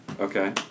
Okay